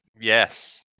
yes